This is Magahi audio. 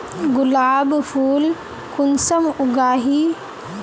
गुलाब फुल कुंसम उगाही?